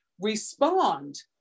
respond